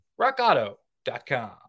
rockauto.com